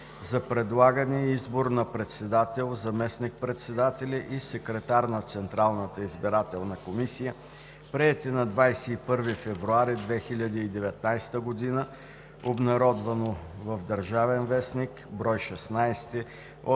за предлагане и избор на председател, заместник председатели и секретар на Централната избирателна комисия, приети на 21 февруари 2019 г., обн., ДВ, бр. 16